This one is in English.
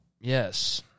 Yes